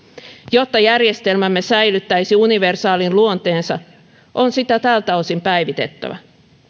jotta järjestelmämme säilyttäisi universaalin luonteensa on sitä tältä osin päivitettävä